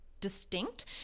distinct